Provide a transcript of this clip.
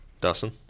Dustin